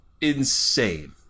insane